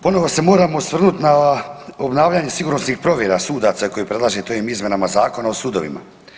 Ponovno se moramo osvrnuti na obnavljanje sigurnosnih provjera sudaca koji predlaže to ovim izmjenama Zakona o sudovima.